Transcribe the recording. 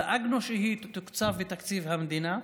דאגנו שהיא תתוקצב בתקציב המדינה,